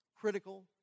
critical